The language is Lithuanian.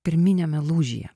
pirminiame lūžyje